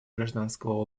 гражданского